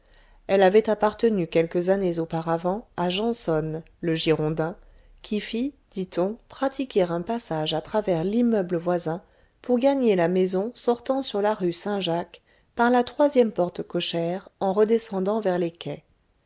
elle avait appartenu quelques années auparavant à gensonné le girondin qui fit dit-on pratiquer un passage à travers l'immeuble voisin pour gagner la maison sortant sur la rue saint-jacques par la troisième porte cochère en redescendant vers les quais